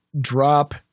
drop